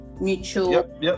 mutual